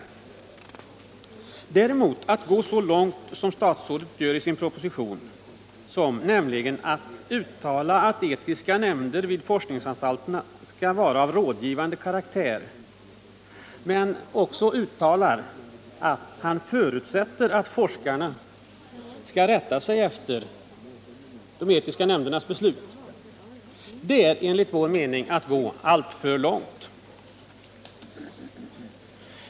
Att däremot gå så långt som statsrådet gör i sin proposition, där han uttalar att etiska nämnder vid forskningsanstalterna skall vara av rådgivande karaktär samt att han förutsätter att forskarna också skall rätta sig efter de etiska nämndernas beslut, är enligt vår mening att gå alltför långt.